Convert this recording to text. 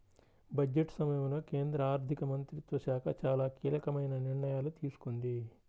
budget సమయంలో కేంద్ర ఆర్థిక మంత్రిత్వ శాఖ చాలా కీలకమైన నిర్ణయాలు తీసుకుంది